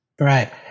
Right